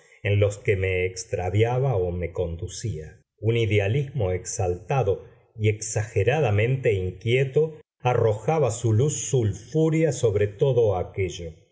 en los que me extraviaba o me conducía un idealismo exaltado y exageradamente inquieto arrojaba su luz sulfúrea sobre todo aquello